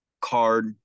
card